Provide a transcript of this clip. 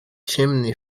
chimney